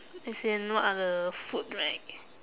as in what are the food right